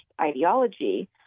ideology